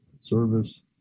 service